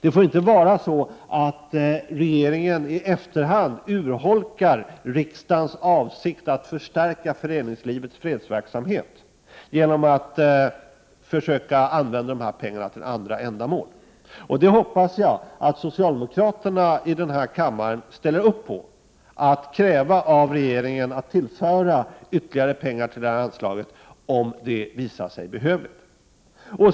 Det får inte vara så att regeringen i efterhand urholkar riksdagens avsikt att förstärka föreningslivets fredsverksamhet genom att försöka använda de här pengarna till andra ändamål. Jag hoppas att socialdemokraterna här i kammaren ställer upp på att kräva av regeringen att tillföra ytterligare pengar, om det visar sig behövligt.